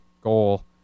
goal